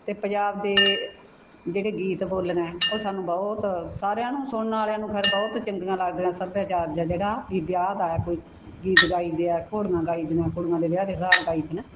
ਅਤੇ ਪੰਜਾਬ ਦੇ ਜਿਹੜੇ ਗੀਤ ਬੋਲੀਆਂ ਹੈ ਉਹ ਸਾਨੂੰ ਬਹੁਤ ਸਾਰਿਆਂ ਨੂੰ ਸੁਣਨ ਵਾਲਿਆਂ ਨੂੰ ਖੈਰ ਬਹੁਤ ਚੰਗੀਆਂ ਲੱਗਦੀਆਂ ਸਭਿਆਚਾਰ ਹੈ ਜਿਹੜਾ ਵੀ ਵਿਆਹ ਦਾ ਕੋਈ ਗੀਤ ਗਾਈ ਦੇ ਆ ਘੋੜੀਆਂ ਗਾਈ ਦੀਆਂ ਕੁੜੀਆਂ ਦੇ ਵਿਆਹ ਦੇ ਸੁਹਾਗ ਗਾਈ ਦੇ ਹੈ ਨਾ